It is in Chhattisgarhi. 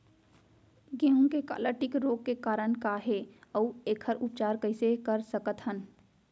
गेहूँ के काला टिक रोग के कारण का हे अऊ एखर उपचार कइसे कर सकत हन?